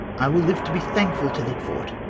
i will live to be thankful to thee for't.